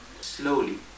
Slowly